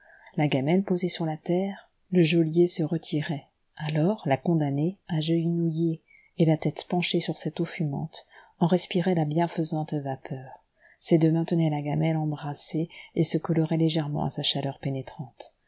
la gamelle posée sur la terre le geôlier se retirait alors la condamnée agenouillée et la tête penchée sur cette eau fumante en respirait la bienfaisante vapeur ses deux mains tenaient la gamelle embrassée et se coloraient légèrement à sa chaleur pénétrante